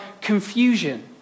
confusion